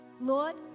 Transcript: Lord